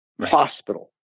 hospital